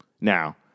Now